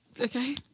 Okay